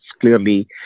clearly